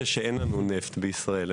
הוא שאין לנו נפט בישראל.